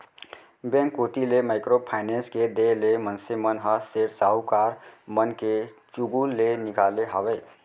bank कोती ले micro finance के देय ले मनसे मन ह सेठ साहूकार मन के चुगूल ले निकाले हावय